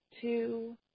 two